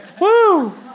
Woo